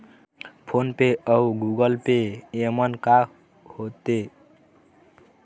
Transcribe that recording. Phone पे अउ Google Pay येमन का होते?